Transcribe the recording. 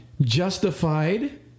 justified